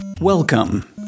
Welcome